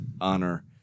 honor